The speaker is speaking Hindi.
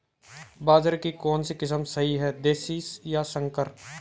बाजरे की कौनसी किस्म सही हैं देशी या संकर?